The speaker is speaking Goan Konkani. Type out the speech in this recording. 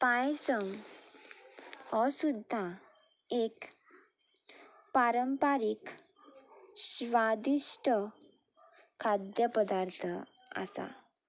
पांयसम हो सुद्दां एक पारंपारीक स्वादिश्ट खाद्य पदार्थ आसा